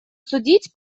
судить